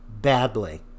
Badly